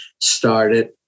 started